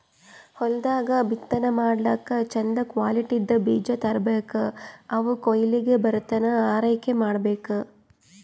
ಹೊಲ್ದಾಗ್ ಬಿತ್ತನೆ ಮಾಡ್ಲಾಕ್ಕ್ ಚಂದ್ ಕ್ವಾಲಿಟಿದ್ದ್ ಬೀಜ ತರ್ಬೆಕ್ ಅವ್ ಕೊಯ್ಲಿಗ್ ಬರತನಾ ಆರೈಕೆ ಮಾಡ್ಬೇಕ್